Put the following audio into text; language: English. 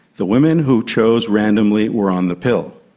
the women who chose randomly were on the pill.